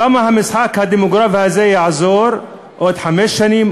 כמה המשחק הדמוגרפי הזה יעזור עוד חמש שנים,